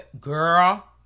Girl